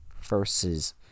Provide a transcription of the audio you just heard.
versus